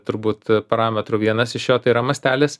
turbūt parametrų vienas iš jo tai yra mastelis